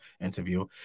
interview